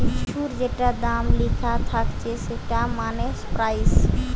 কিছুর যেটা দাম লিখা থাকছে সেটা মানে প্রাইস